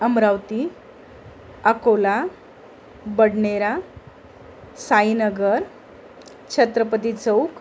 Amravati Akola Badnera Sainagar Chhatrapati Chowk